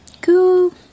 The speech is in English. cool